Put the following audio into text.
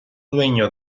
dueño